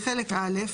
בחלק א',